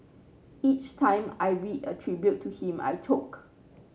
each time I read a tribute to him I choke